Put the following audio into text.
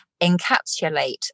encapsulate